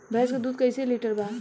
भैंस के दूध कईसे लीटर बा?